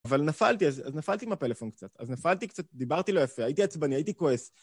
אבל נפלתי עם הפלאפון קצת, אז נפלתי קצת, דיברתי לא יפה, הייתי עצבני, הייתי כועס.